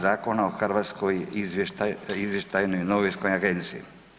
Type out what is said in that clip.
Zakona o Hrvatskoj izvještajnoj novinskoj agenciji.